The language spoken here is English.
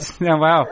Wow